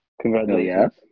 Congratulations